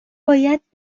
باید